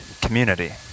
community